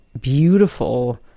beautiful